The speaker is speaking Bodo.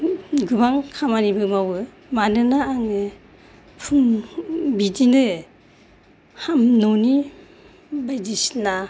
गोबां खामानिबो मावो मानोना आङो फुं बिदिनो आं न'नि बायदिसिना